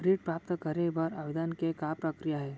ऋण प्राप्त करे बर आवेदन के का प्रक्रिया हे?